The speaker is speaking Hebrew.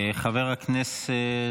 חבר הכנסת